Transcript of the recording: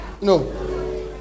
No